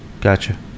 Gotcha